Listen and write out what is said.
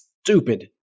stupid